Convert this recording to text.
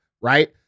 right